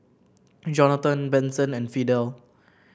Jonathon Benson and Fidel